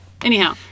Anyhow